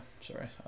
sorry